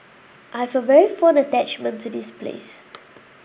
I have a very fond attachment to this place